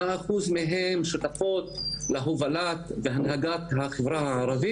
שזו לא המאסה הגדולה שנמצאת באוכלוסייה הערבית.